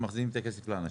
את מחזירים את הכסף לאנשים?